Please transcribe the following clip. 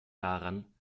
daran